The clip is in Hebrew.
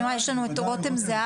אני רואה שיש לנו את רותם זהבי?